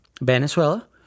Venezuela